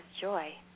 joy